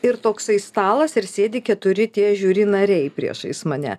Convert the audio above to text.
ir toksai stalas ir sėdi keturi tie žiuri nariai priešais mane